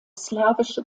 slawische